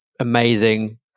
amazing